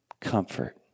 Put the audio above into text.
comfort